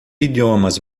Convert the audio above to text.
idiomas